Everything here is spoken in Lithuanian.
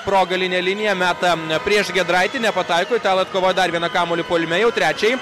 pro galinę liniją meta ne prieš giedraitį nepataiko italai atkovoja dar vieną kamuolį puolime jau trečiąjį